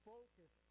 Focus